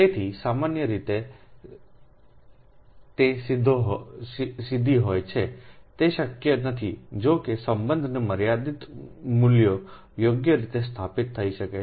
તેથી સામાન્ય રીતે સામાન્ય રીતે તે સીધી હોય છેતે શક્ય નથીજો કે સંબંધના મર્યાદિત મૂલ્યો યોગ્ય રીતે સ્થાપિત થઈ શકે છે